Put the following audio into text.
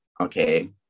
okay